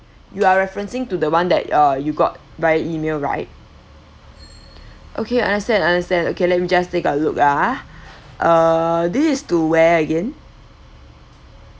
you are referencing to the one that uh you got by email right okay understand understand okay let me just take a look ah uh this is to where again